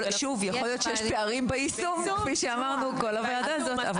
שוב, אולי יש פערים ביישום אבל יש נוהל.